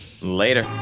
Later